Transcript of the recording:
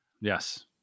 yes